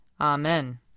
Amen